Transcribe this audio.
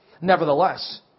Nevertheless